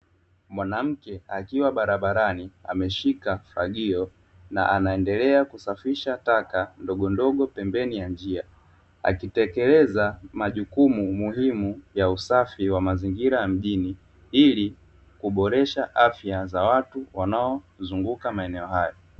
Mwanamke akiwa barabarani ameshika fagio akiendelea kusafisha taka ndogo ndogo pembeni mwa njia, akitekeleza majukumu muhimu ya usafi wa mazingira ya mjini ili kuboresha afya za watu wanaozunguka maeneo hayo.